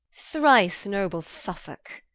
thrice noble suffolke,